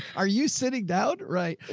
are you sitting down? right?